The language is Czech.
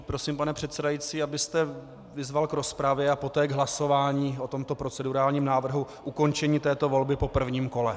Prosím, pane předsedající, abyste vyzval k rozpravě a poté k hlasování o tomto procedurálním návrhu na ukončení této volby po prvním kole.